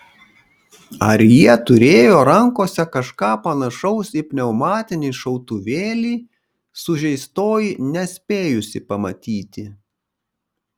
ar jie turėjo rankose kažką panašaus į pneumatinį šautuvėlį sužeistoji nespėjusi pamatyti